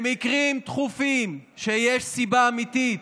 במקרים דחופים, כשיש סיבה אמיתית,